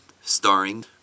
starring